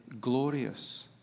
glorious